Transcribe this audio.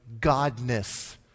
Godness